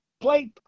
Play